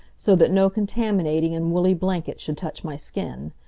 so that no contaminating and woolly blanket should touch my skin.